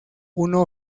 uno